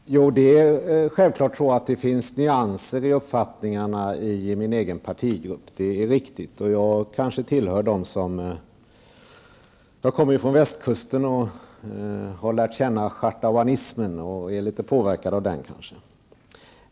Fru talman! Det är självklart att det finns nyanser i uppfattningarna i min egen partigrupp. Jag kommer från västkusten och har lärt känna schartauanismen och är kanske litet påverkad av den.